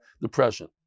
depression